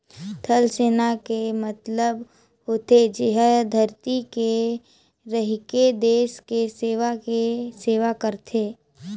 थलसेना के मतलब होथे जेहर धरती में रहिके देस के सेवा के सेवा करथे